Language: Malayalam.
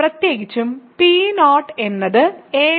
പ്രത്യേകിച്ചും P0 എന്നത് a0